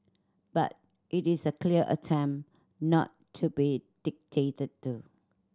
but it is a clear attempt not to be dictated to